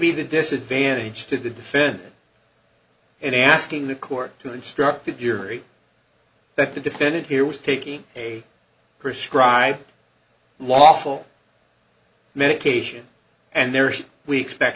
be the disadvantage to the defendant in asking the court to instruct the jury that the defendant here was taking a prescribed lawful medication and there's we expect